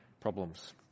problems